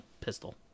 pistol